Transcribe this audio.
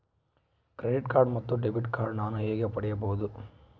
Credit card ಮತ್ತು debit card ನಾನು ಹೇಗೆ ಪಡೆಯಬಹುದು?